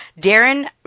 Darren